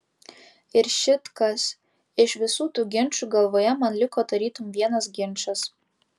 ir šit kas iš visų tų ginčų galvoje man liko tarytum vienas ginčas